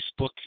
Facebook